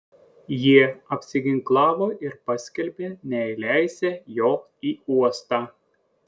jie apsiginklavo ir paskelbė neįleisią jo į uostą